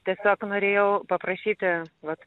tiesiog norėjau paprašyti vat